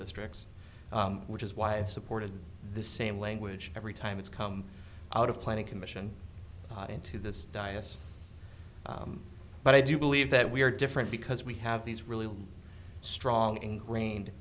districts which is why i have supported this same language every time it's come out of planning commission into this diocese but i do believe that we are different because we have these really strong ingrained